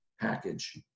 package